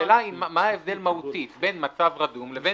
השאלה היא מה ההבדל המהותי בין "מצב רדום" לבין